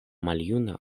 maljuna